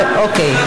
אוקיי.